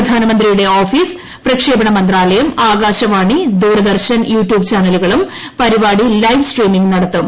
പ്രധാനമന്ത്രിയുടെ ഓഫീസ് പ്രക്ഷേപണ്ട് മിന്താലയം ആകാശവാണി ദൂരദർശൻ യൂടൂബ് ചാനലുകളും പ്പൂരിപാടി ലൈവ് സ്ട്രീമിങ് നട ത്തും